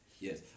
Yes